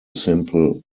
simple